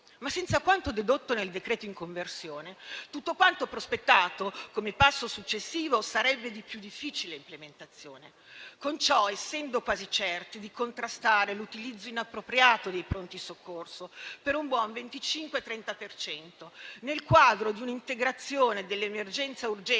Ma senza quanto dedotto nel decreto in conversione tutto quanto prospettato come passo successivo sarebbe di più difficile implementazione, con ciò essendo quasi certi di contrastare l'utilizzo inappropriato dei pronti soccorso per un buon 25-30 per cento, nel quadro di un'integrazione dell'emergenza-urgenza